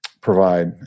provide